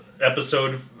episode